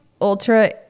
ultra